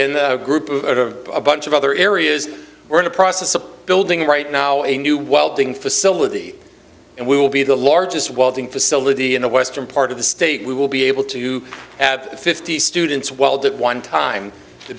the group of a bunch of other areas we're in the process of building right now a new well being facility and we will be the largest welding facility in the western part of the state we will be able to have fifty students welded one time the